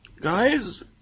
Guys